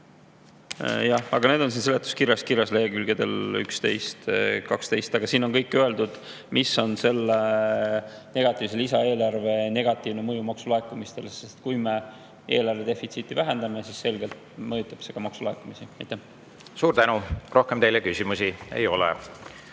Need on seletuskirjas kirjas lehekülgedel 11 ja 12. Siin on öeldud, mis on negatiivse lisaeelarve negatiivne mõju maksulaekumistele. Kui me eelarve defitsiiti vähendame, siis selgelt mõjutab see ka maksulaekumisi. Suur tänu! Rohkem teile küsimusi ei ole.